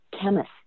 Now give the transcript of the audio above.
chemist